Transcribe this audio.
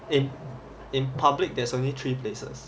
in in public there's only three places